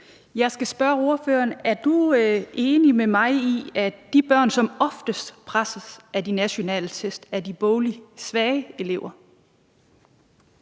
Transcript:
Jeg skal spørge ordføreren: Er du enig med mig i, at de børn, som oftest presses af de nationale test, er de bogligt svage elever?